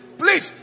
please